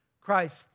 Christ